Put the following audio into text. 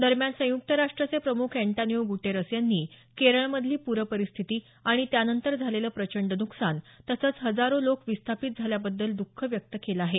दरम्यान संयुक्त राष्ट्राचे प्रमुख अन्टानियो गुटेरस यांनी केरळ मधली पूर परिस्थिती आणि त्यानंतर झालेलं प्रचंड नुकसान तसंच हजारो लोक विस्थापित झाल्याबद्दल द्रख व्यक्त केलं आहे